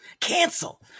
Cancel